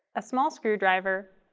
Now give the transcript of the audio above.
a small screwdriver,